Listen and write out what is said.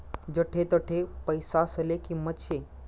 जठे तठे पैसासले किंमत शे